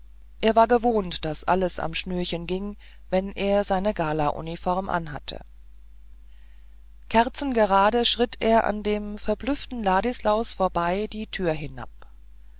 er war gewohnt daß alles am schnürchen ging wenn er seine galauniform anhatte kerzengerade schritt er an dem verblüfften ladislaus vorbei die treppe hinab